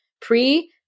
pre